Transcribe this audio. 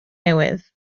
newydd